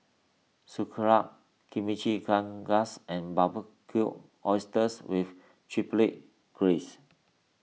Sauerkraut Chimichangas and Barbecued Oysters with Chipotle Graze